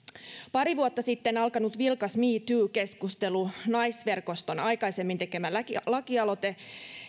pari vuotta sitten alkanut vilkas me too keskustelu naisverkoston aikaisemmin tekemä lakialoite